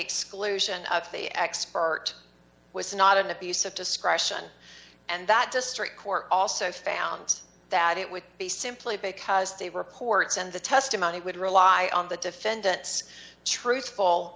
exclusion of the expert was not an abuse of discretion and that district court also found that it would be simply because the reports and the testimony would rely on the defendant's truthful